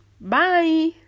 Bye